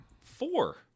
Four